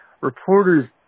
reporters